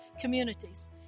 communities